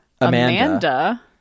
Amanda